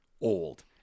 old